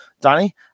danny